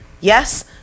Yes